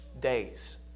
days